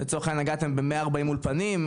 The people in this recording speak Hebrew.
לצורך העניין נגעתם ב-140 אולפנים,